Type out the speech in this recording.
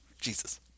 Jesus